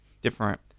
different